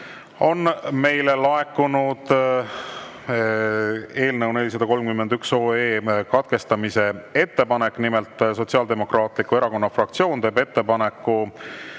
on meile laekunud eelnõu 431 katkestamise ettepanek. Nimelt teeb Sotsiaaldemokraatliku Erakonna fraktsioon ettepaneku